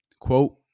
quote